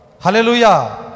Hallelujah